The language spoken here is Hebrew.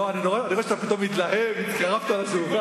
לא, אני רואה שאתה פתאום מתלהב, התקרבת לשולחן.